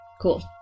Cool